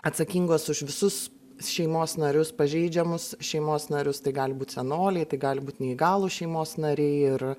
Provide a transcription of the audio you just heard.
atsakingos už visus šeimos narius pažeidžiamus šeimos narius tai gali būt senoliai tai gali būt neįgalūs šeimos nariai ir